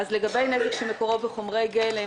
לגבי נזק שמקורו בחומרי גלם,